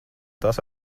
tas